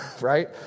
right